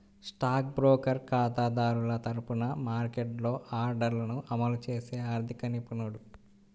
stock broker ఖాతాదారుల తరపున మార్కెట్లో ఆర్డర్లను అమలు చేసే ఆర్థిక నిపుణుడు